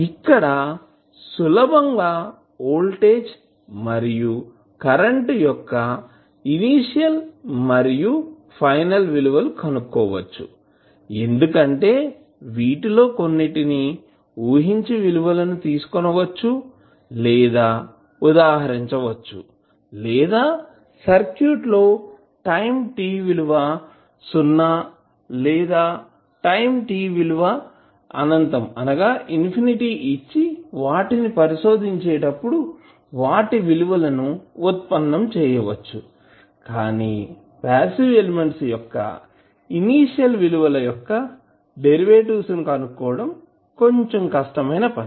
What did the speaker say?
ఇక్కడ సులభంగా వోల్టేజ్ మరియు కరెంట్ యొక్క ఇనీషియల్ మరియు ఫైనల్ విలువలు కనుక్కోవచ్చు ఎందుకంటే వీటిలో కొన్నింటిని ఊహించి విలువలను తీసుకొనవచ్చు లేదా ఉదహరించవచ్చు లేదా సర్క్యూట్ లో టైం t విలువ సున్నా లేదా టైం t విలువ అనంతం ఇన్ఫినిటీ infinity ఇచ్చి వాటిని పరిశోధించేటప్పుడు వాటి విలువలు ఉత్పన్నం చేయవచ్చు కానీ పాసివ్ ఎలిమెంట్స్ యొక్క ఇనీషియల్ విలువల యొక్క డెరివేటివ్స్ కనుక్కోవడం కొంచెం కష్టమైన పని